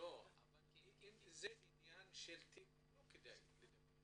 אם זה עניין של תיק לא כדאי לדבר.